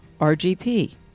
RGP